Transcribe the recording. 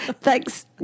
Thanks